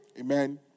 amen